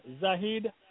Zahid